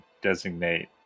designate